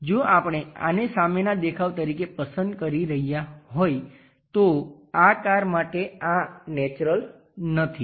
તેથી જો આપણે આને સામેના દેખાવ તરીકે પસંદ કરી રહ્યા હોય તો આ કાર માટે આ નેચરલ નથી